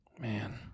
Man